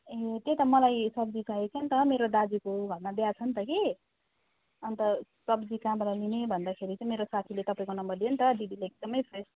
ए त्यही त मलाई सब्जी चाहिएको थियो नि त मेरो दाजुको घरमा बिहा छ नि त कि अन्त सब्जी कहाँबाट लिने भन्दाखेरि चाहिँ मेरो साथीले तपाईँको नम्बर दियो नि त दिदीले एकदमै फ्रेस